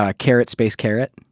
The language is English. ah carrot space carrot.